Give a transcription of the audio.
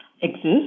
exist